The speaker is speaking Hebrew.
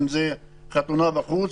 אם זה חתונה בחוץ,